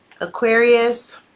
Aquarius